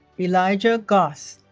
elyjah goss